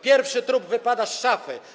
Pierwszy trup wypada z szafy.